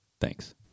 thanks